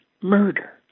murder